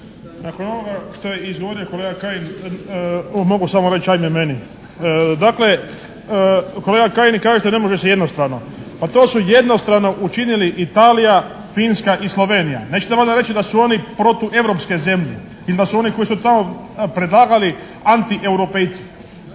Nakon ovoga što je izgovorio kolega Kajin mogu samo reći ajme meni. Dakle, kolega Kajin kaže da ne može se jednostrano. Pa to su jednostrano učinili Italija, Finska i Slovenija. Neće valjda reći da su oni protueuropske zemlje. Ili da su one koje su tamo predlagali antieuropejci.